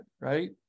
right